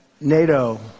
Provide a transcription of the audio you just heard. NATO